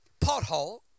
pothole